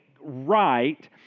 right